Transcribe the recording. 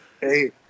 hey